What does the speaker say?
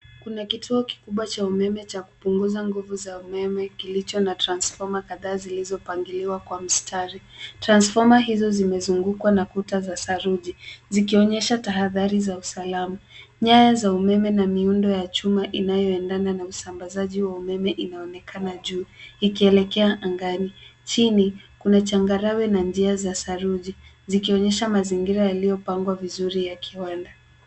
Kuna kituo kikubwa cha umeme cha kupunguza nguvu za umeme kilicho na transformer kadhaa zilizopangiliwa kwa mstari. Transformer hizo zimezungukwa na kuta za saruji, zikionyesha tahadhari za usalama. Nyaya za umeme na miundo ya chuma inayoendana na usambazaji wa umeme inaonekana juu ikielekea angani. Chini, kuna changarawe na njia za saruji zikionyesha mazingira yaliyopangwa vizuri ya kiwanda.